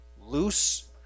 loose